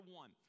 one